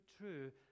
true